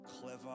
clever